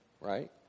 right